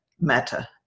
matter